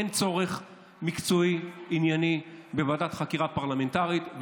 אין צורך מקצועי וענייני בוועדת חקירה פרלמנטרית,